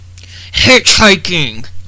hitchhiking